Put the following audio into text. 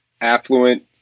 affluent